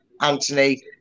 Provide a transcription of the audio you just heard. Anthony